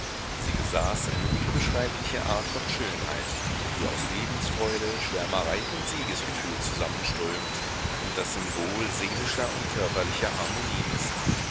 sie besaß eine unbeschreibliche art von schönheit die aus lebensfreude schwärmerei und siegesgefühl zusammenströmt und das symbol seelischer und körperlicher harmonie ist